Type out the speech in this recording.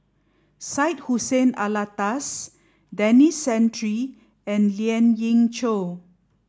Syed Hussein Alatas Denis Santry and Lien Ying Chow